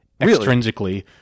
extrinsically